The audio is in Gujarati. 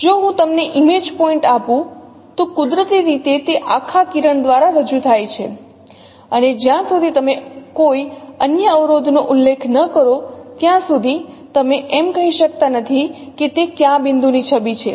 જો હું તમને ઇમેજ પોઇન્ટ આપું તો કુદરતી રીતે તે આખા કિરણ દ્વારા રજૂ થાય છે અને જ્યાં સુધી તમે કોઈ અન્ય અવરોધનો ઉલ્લેખ ન કરો ત્યાં સુધી તમે એમ કહી શકતા નથી કે તે કયા બિંદુની છબી છે